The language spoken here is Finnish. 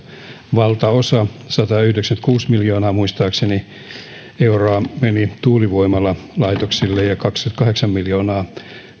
valtaosa satayhdeksänkymmentäkuusi miljoonaa euroa muistaakseni meni tuulivoimalalaitoksille ja kaksikymmentäkahdeksan miljoonaa